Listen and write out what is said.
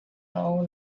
lau